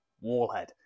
Wallhead